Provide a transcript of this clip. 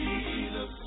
Jesus